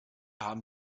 haben